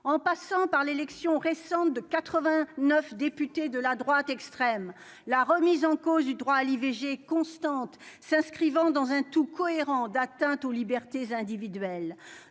en passant par l'élection récente de 80 9 députés de la droite extrême, la remise en cause du droit à l'IVG constante s'inscrivant dans un tout cohérent d'atteinte aux libertés individuelles,